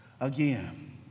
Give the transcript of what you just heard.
again